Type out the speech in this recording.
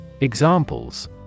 Examples